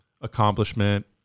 accomplishment